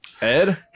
ed